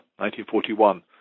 1941